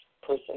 person